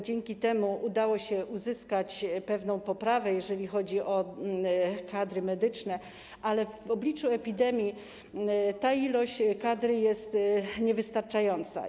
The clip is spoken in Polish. Dzięki temu udało się uzyskać pewną poprawę, jeżeli chodzi o kadry medyczne, ale w obliczu epidemii ta ilość kadry jest niewystarczająca.